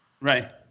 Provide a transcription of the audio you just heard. Right